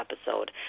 episode